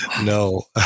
No